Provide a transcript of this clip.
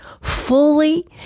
fully